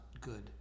good